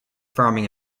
farming